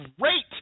great